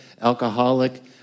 alcoholic